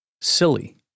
Silly